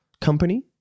company